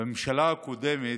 בממשלה הקודמת,